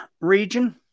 region